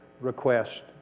request